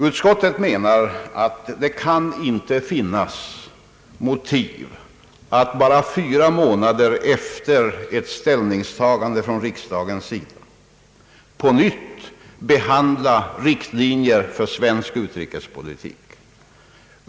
Utskottet menar att det inte kan finnas motiv för att bara fyra månader efter ett riksdagens ställningstagande på nytt behandla riktlinjerna för svensk utrikespolitik.